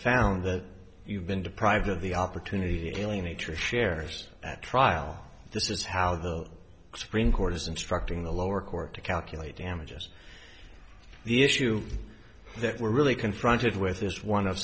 found that you've been deprived of the opportunity alienate your shares at trial this is how the supreme court is instructing the lower court to calculate damages the issue that we're really confronted with is one of